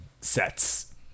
sets